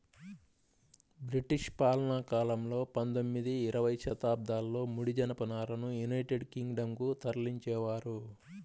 British పాలనాకాలంలో పందొమ్మిది, ఇరవై శతాబ్దాలలో ముడి జనపనారను యునైటెడ్ కింగ్ డం కు తరలించేవారు